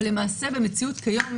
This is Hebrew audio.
אבל במציאות כיום,